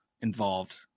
involved